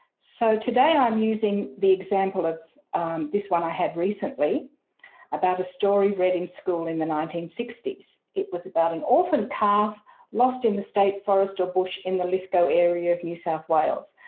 so today i'm using the example of this one i had recently about a story read in school in the nineteen sixty s. it was about an orphan calf lost in the state forest or bush in the lithgow area of new south wales.